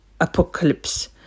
apocalypse